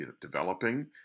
developing